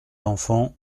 enfants